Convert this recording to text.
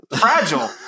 fragile